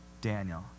Daniel